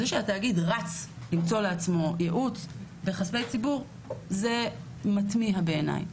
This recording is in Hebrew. זה שהתאגיד רץ למצוא לעצמו ייעוץ בכספי ציבור זה מתמיה בעיניי.